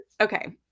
okay